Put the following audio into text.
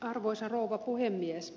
arvoisa rouva puhemies